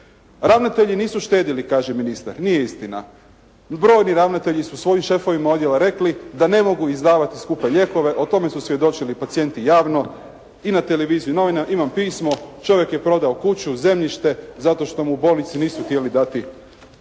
Ravnatelji nisu štedili, kaže ministar. Nije istina. Brojni ravnatelji su svojim šefovima odjela rekli, da ne mogu izdavati skupe lijekove, o tome su svjedočili pacijenti javno i na televiziji i novine. Čovjek je prodao kuću, zemljište zato što mu u bolnici nisu htjeli dati